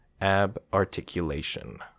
ab-articulation